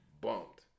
bumped